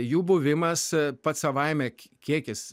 jų buvimas pats savaime kiekis